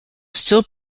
still